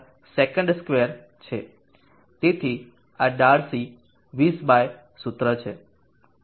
તેથી આ Darcy Weisbach સૂત્ર છે